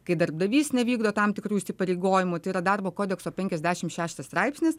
kai darbdavys nevykdo tam tikrų įsipareigojimų tai yra darbo kodekso penkiasdešim šeštas straipsnis